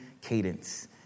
cadence